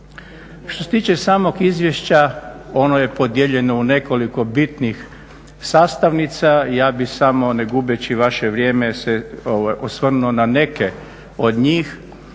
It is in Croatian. Što se tiče samog izvješća ono je podijeljeno u nekoliko bitnih sastavnica. Ja bih samo ne gubeći vaše vrijeme se osvrnuo na neke od njih.